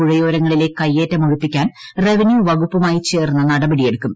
പുഴയോരങ്ങളിലെ കയ്യേറ്റം ഒഴിപ്പിക്കാൻ റവന്യൂ വകുപ്പുമായി ചേർന്ന് നടപടിയെടുക്കും